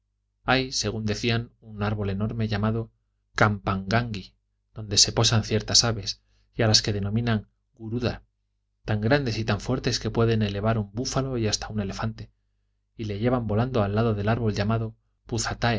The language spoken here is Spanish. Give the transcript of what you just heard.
hay según decían un árbol enorme llamado campanganghi donde se posan ciertas aves a las que denominan guruda tan grandes y tan fuertes que pueden elevar un búfalo y hasta un elefante y le llevan volando al lado del árbol llamado